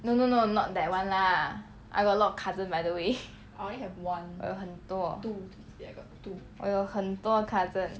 no no no not that [one] lah I got a lot of cousin by the way 我有很多我有很多 cousin